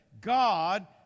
God